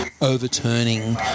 overturning